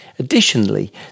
Additionally